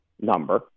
number